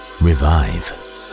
revive